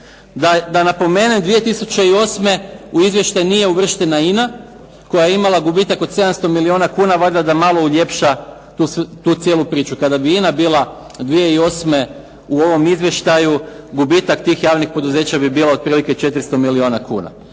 Da napomenem 2008. u izvještaj nije uvrštena "INA" koja je imala gubitak od 700 milijuna kuna, valjda da malo uljepša tu cijelu priču. Kada bi "INA" bila 2008. u ovom izvještaju gubitak tih javnih poduzeća bi bila otprilike 400 milijuna kuna.